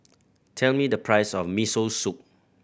tell me the price of Miso Soup